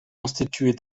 constituée